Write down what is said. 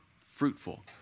fruitful